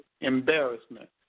embarrassment